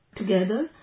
together